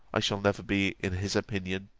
i shall never be in his opinion,